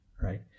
Right